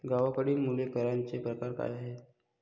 गावाकडली मुले करांचे प्रकार काय आहेत?